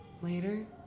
later